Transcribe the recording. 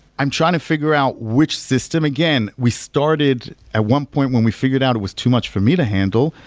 i'm trying to figure out which system. again, we started at one point when we figured out it was too much for me to handle,